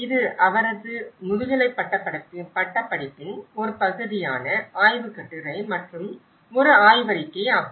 இது அவரது முதுகலை பட்டப்படிப்பின் ஒரு பகுதியான ஆய்வுக் கட்டுரை மற்றும் ஒரு ஆய்வறிக்கை ஆகும்